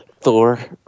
Thor